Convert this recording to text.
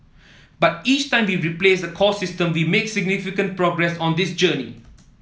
but each time we replace a core system we make significant progress on this journey